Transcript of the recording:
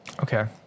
Okay